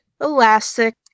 Elastic